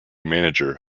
manager